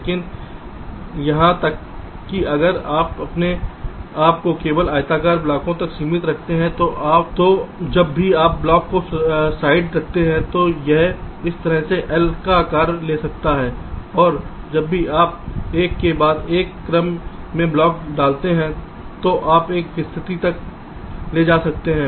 लेकिन यहां तक कि अगर आप अपने आप को केवल आयताकार ब्लॉकों तक सीमित रखते हैं तो जब भी आप ब्लॉक को साइड में रखते हैं तो यह इस तरह से एल का आकार ले सकता है और जब भी आप एक के बाद एक क्रम में ब्लॉक डालते हैं तो आप एक स्थिति तक ले जा सकते हैं